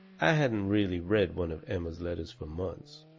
i hadn't really read one of emma's letters for months.